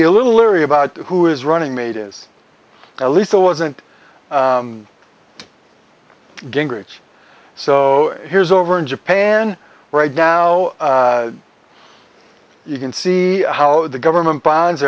be a little leery about who is running mate is at least it wasn't gingrich so here's over in japan right now you can see how the government bonds